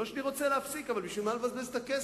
לא שאני רוצה להפסיק, אבל בשביל מה לבזבז את הכסף?